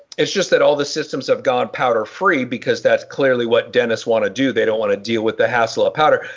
it's just that all the systems of god powder free because that's clearly what dentists want to do, they don't want to deal with the hassle of ah powder.